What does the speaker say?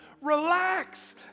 Relax